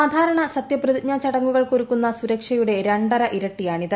സാധാരണ സത്യപ്രതിജ്ഞാ ചടങ്ങുകൾക്ക് ഒരുക്കുന്ന സുരക്ഷയുടെ രണ്ടര ഇരട്ടിയാണിത്